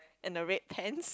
and the red pants